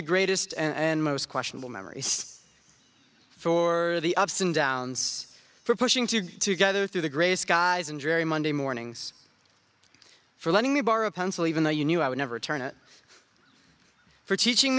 the greatest and most questionable memories for the ups and downs for pushing to gather through the grey skies and jerry monday mornings for letting me borrow a pencil even though you knew i would never return it for teaching